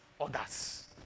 others